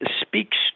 speaks